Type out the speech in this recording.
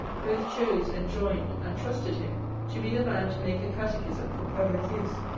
both, chose, enjoined, and trusted him to be the man to make a catechism for public use,